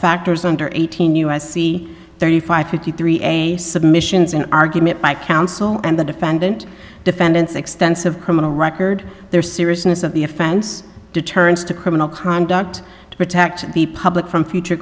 factors under eighteen us c thirty five fifty three a submissions an argument by counsel and the defendant defendants extensive criminal record their seriousness of the offense deterrence to criminal conduct to protect the public from future